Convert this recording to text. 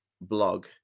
blog